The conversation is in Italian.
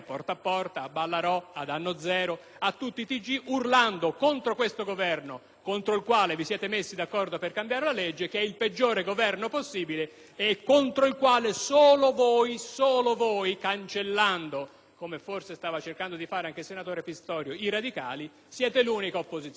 con il quale vi siete messi d'accordo per cambiare la legge - che è il peggiore possibile, e contro il quale solo voi, cancellando i Radicali (come forse stava cercando di fare anche il senatore Pistorio), siete l'unica opposizione. Complimenti! Sarebbe bene che questi dibattiti avvenissero a reti unificate, proprio perché così si saprebbe